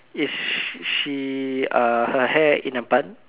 is she uh her hair in a bun